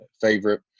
favorite